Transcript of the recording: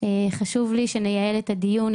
חשוב לי שנייעל את הדיון,